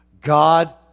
God